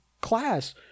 class